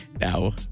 Now